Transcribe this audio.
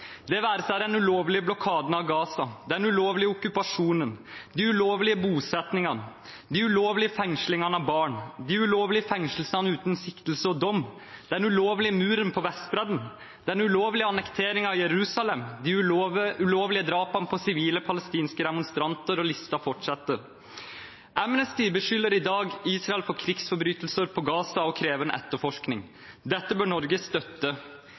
det være seg den ulovlige blokaden av Gaza, den ulovlige okkupasjonen, de ulovlige bosettingene, de ulovlige fengslingene av barn, de ulovlige fengslingene uten siktelse og dom, den ulovlige muren på Vestbredden, den ulovlige annekteringen av Jerusalem, de ulovlige drapene på sivile palestinske demonstranter – og lista fortsetter. Amnesty beskylder i dag Israel for krigsforbrytelser på Gaza og krever en etterforskning. Dette bør Norge støtte.